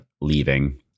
leaving